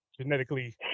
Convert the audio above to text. genetically